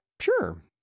sure